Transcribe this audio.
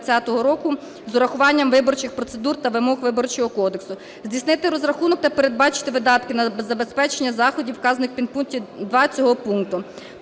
з урахуванням виборчих процедур та вимог Виборчого кодексу. Здійснити розрахунок та передбачити видатки на забезпечення заходів, вказаних у підпункті 2 цього пункту".